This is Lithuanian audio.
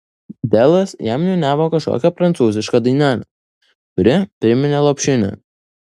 delas jam niūniavo kažkokią prancūzišką dainelę kuri priminė lopšinę